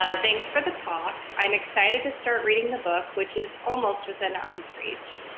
ah thanks for the talk. i'm excited to start reading the book which is almost within arm's reach.